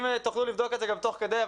אם תוכלו לבדוק את זה גם תוך כדי,